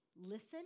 listen